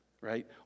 right